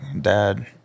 Dad